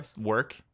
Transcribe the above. work